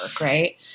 right